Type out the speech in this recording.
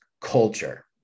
culture